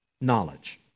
knowledge